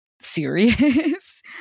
serious